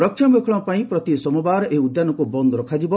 ରକ୍ଷଣାବେକ୍ଷଣ ପାଇଁ ପ୍ରତି ସୋମବାର ଏହି ଉଦ୍ୟାନକୁ ବନ୍ଦ ରଖାଯିବ